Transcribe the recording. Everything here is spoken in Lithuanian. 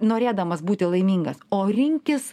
norėdamas būti laimingas o rinkis